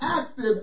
active